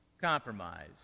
compromise